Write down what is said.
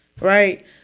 Right